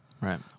Right